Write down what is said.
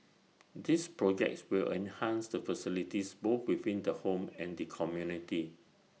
these projects will enhance the facilities both within the home and the community